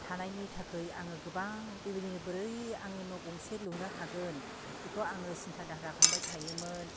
थानायनि थाखै आङो गोबां बेबायदिनो बोरै आङो न' गंसे लुनो हागोन बेखौ आङो सिन्था धारा खालामबाय थायोमोन